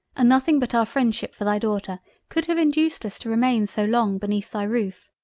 and nothing but our freindship for thy daughter could have induced us to remain so long beneath thy roof.